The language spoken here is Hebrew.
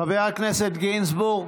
חבר הכנסת גינזבורג,